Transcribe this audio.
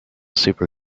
super